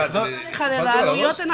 אתם נפלתם על הראש?